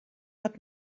hat